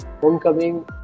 Homecoming